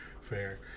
fair